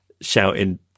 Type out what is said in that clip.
shouting